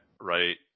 right